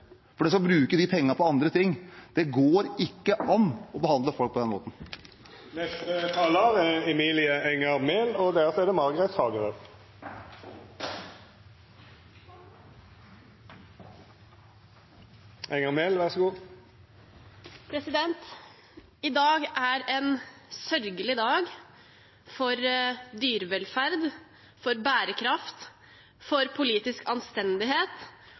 for man skal bruke de pengene på andre ting. Det går ikke an å behandle folk på den måten. I dag er en sørgelig dag for dyrevelferd, for bærekraft, for politisk anstendighet